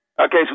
Okay